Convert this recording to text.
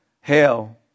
hell